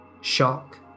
shock